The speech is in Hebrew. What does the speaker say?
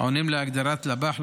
העונים להגדרת לב"ח,